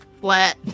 Flat